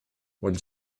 while